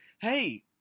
hey